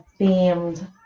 themed